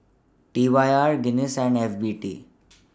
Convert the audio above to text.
T Y R Guinness and F B T